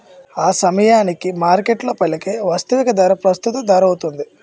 ఆసమయానికి మార్కెట్లో పలికే వాస్తవిక ధర ప్రస్తుత ధరౌతుంది